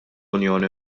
unjoni